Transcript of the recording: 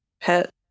pet